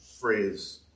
phrase